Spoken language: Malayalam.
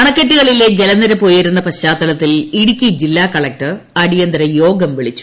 അണക്കെട്ടുകളിലെ ജലനിരപ്പ് ഉയരുന്ന പശ്ചാത്തലത്തിൽ ഇടുക്കി ജില്ലാ കലക്ടർ അടിയന്തര യോഗം വിളിച്ചു